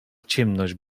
ciemność